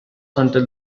until